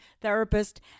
therapist